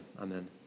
amen